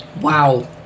Wow